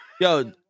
Yo